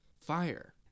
fire